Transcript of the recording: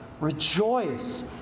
Rejoice